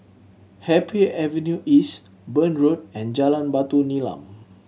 Happy Avenue East Burn Road and Jalan Batu Nilam